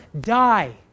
die